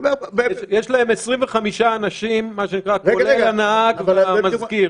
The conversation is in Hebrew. יש להם 25 אנשים, מה שנקרא, כולל הנהג והמזכיר.